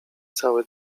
cały